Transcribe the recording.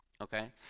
okay